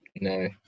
No